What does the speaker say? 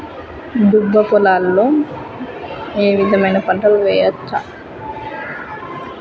దుబ్బ పొలాల్లో ఏ విధమైన పంటలు వేయచ్చా?